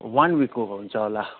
one विकको हुन्छ होला